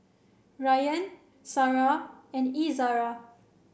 Ryan Sarah and Izzara